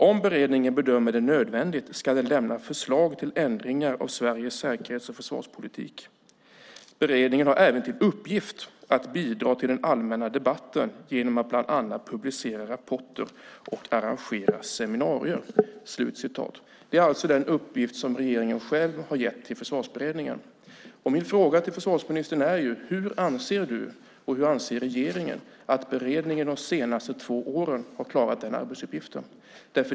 Om beredningen bedömer det nödvändigt ska den lämna förslag till ändringar av Sveriges säkerhets och försvarspolitik. Beredningen har även till uppgift att bidra till den allmänna debatten genom att bland annat publicera rapporter och arrangera seminarier. Det är alltså den uppgift som regeringen själv har gett till Försvarsberedningen. Min fråga till försvarsministern är: Hur anser försvarsministern och regeringen att beredningen har klarat den arbetsuppgiften de senaste två åren?